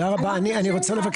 הדברים שלך